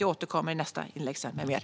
Jag återkommer med mer i nästa inlägg.